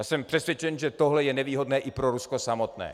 Jsem přesvědčen, že tohle je nevýhodné i pro Rusko samotné.